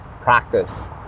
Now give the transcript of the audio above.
practice